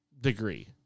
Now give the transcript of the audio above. degree